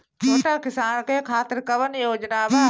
छोटा किसान के खातिर कवन योजना बा?